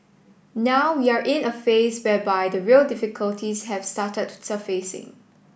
now we are in a phase whereby the real difficulties have started surfacing